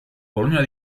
colonia